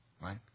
right